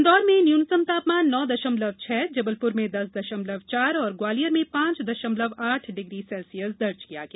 इंदौर में न्यूनतम तापमान नौ दशमलव छह जबलपुर में दस दशमलव चार और ग्वालियर में पांच दशमलव आठ डिग्री सेल्सियस दर्ज किया गया